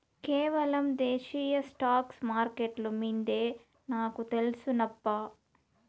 కేవలం దేశీయ స్టాక్స్ మార్కెట్లు మిందే నాకు తెల్సు నప్పా